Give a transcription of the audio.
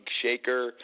shaker